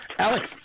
Alex